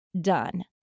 done